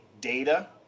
data